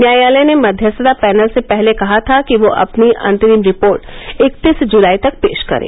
न्यायालय ने मध्यस्थता पैनल से पहले कहा था कि वह अपनी अंतरिम रिपोर्ट इकतीस जुलाई तक पेश करे